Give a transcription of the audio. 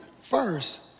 first